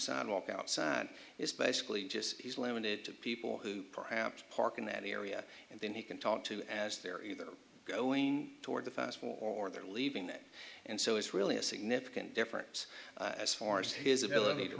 sidewalk outside is basically just limited to people who perhaps park in that area and then he can talk to as they're either going toward the fast for or they're leaving and so it's really a significant difference as far as his ability to